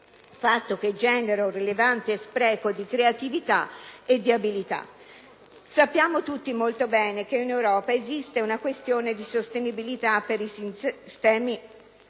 fatto che genera un rilevante spreco di creatività ed abilità. Sappiamo tutti molto bene che in Europa esiste una questione di sostenibilità per i sistemi pensionistici,